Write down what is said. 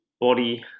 body